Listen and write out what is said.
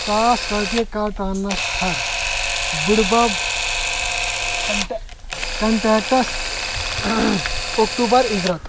ساس رۄپیہِ کَر ٹرانسفر بٕڈبَب کنٹیکٹَس اکتوٗبر اِجرت